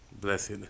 blessed